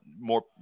more